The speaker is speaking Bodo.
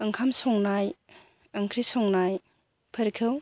ओंखाम संनाय ओंख्रि संनाय फोरखौ